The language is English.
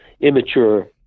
immature